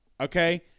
okay